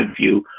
view